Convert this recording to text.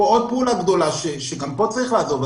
עוד פעולה גדולה, שגם פה צריך לעזור.